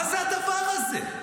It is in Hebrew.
מה זה הדבר הזה?